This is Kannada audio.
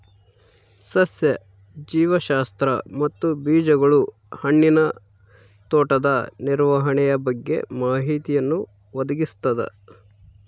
ಸಸ್ಯ ಜೀವಶಾಸ್ತ್ರ ಮತ್ತು ಬೀಜಗಳು ಹಣ್ಣಿನ ತೋಟದ ನಿರ್ವಹಣೆಯ ಬಗ್ಗೆ ಮಾಹಿತಿಯನ್ನು ಒದಗಿಸ್ತದ